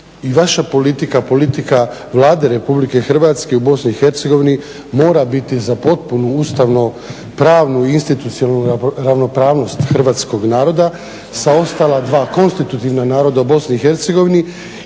i vaša politika, politika Vlade RH u BIH mora biti za potpuno ustavno pravnu institucionalnu ravnopravnost hrvatskog naroda sa ostala dva konstitutivna naroda u BIH